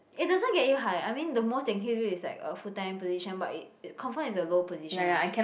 it doesn't get you high I mean the most they give you is like a full time position but it it confirm is a low position ah